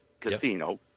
Casino